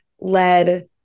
led